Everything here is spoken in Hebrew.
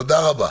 תודה רבה.